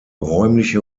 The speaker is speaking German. räumliche